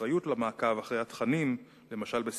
האחריות למעקב אחרי התכנים,